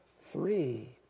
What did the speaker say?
three